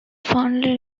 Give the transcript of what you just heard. fondly